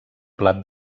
plat